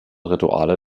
rituale